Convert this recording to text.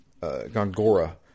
Gongora